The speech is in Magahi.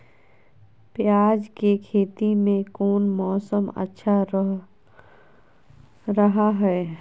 प्याज के खेती में कौन मौसम अच्छा रहा हय?